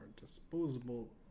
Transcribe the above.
disposable